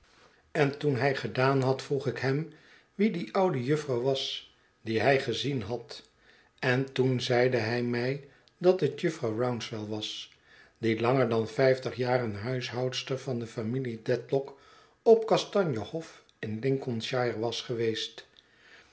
en toen hij gedaan had vroeg ik hem wie die oude jufvrouw was die hij gezien had en toen zeide hij mij dat het jufvrouw rouncewell was die langer dan vijftig jaren huishoudster van de familie dedlock op kastanje hof in lincolnshire was geweest